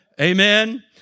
Amen